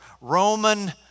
Roman